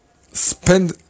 spend